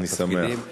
אני שמח.